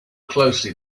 closely